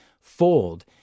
fold